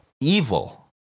evil